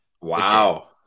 Wow